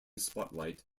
spotlight